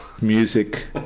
music